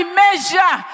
measure